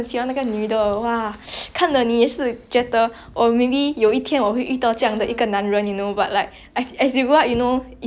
as you grow up you know it's not never going to happen ah ya then but it's nice ah through K drama some of them teach me like